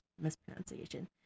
mispronunciation